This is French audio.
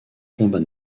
combat